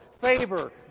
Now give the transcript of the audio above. favor